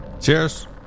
Cheers